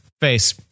face